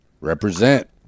Represent